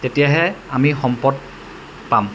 তেতিয়াহে আমি সম্পদ পাম